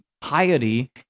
piety